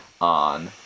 on